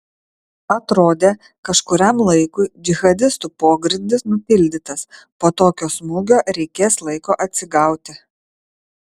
atrodė kažkuriam laikui džihadistų pogrindis nutildytas po tokio smūgio reikės laiko atsigauti